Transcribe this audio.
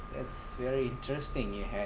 that's very interesting you have